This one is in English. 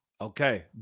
Okay